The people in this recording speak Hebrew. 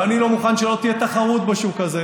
ואני לא מוכן שלא תהיה תחרות בשוק הזה,